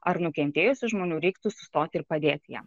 ar nukentėjusių žmonių reiktų sustoti ir padėti jiem